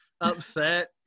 upset